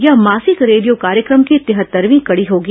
यह मासिक रेडियो कार्यक्रम की तिहत्तरवीं कड़ी होगी